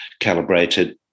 calibrated